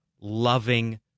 loving